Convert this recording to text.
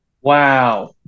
Wow